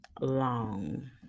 long